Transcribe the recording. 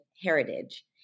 heritage